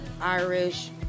Irish